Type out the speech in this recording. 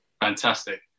Fantastic